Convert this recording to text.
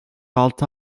altı